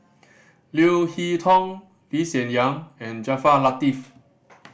Leo Hee Tong Lee Hsien Yang and Jaafar Latiff